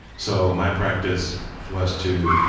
so my practice was to